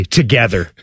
together